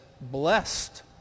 blessed